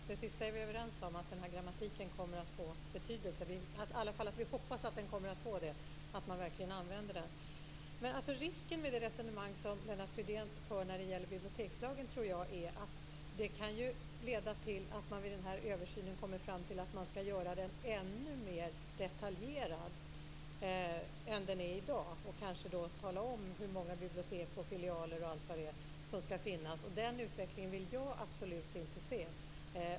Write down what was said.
Fru talman! Vi är överens om det sista. Den här grammatiken kommer att få betydelse. Vi hoppas i alla fall att den kommer att få det och att man verkligen använder den. Men jag tror att risken med det resonemang som Lennart Fridén för när det gäller bibliotekslagen är att det kan leda till att man vid den här översynen kommer fram till att man ska göra den ännu mer detaljerad än den är i dag och kanske tala om hur många bibliotek och filialer som ska finnas. Den utvecklingen vill jag absolut inte se.